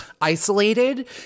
isolated